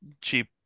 cheap